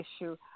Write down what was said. issue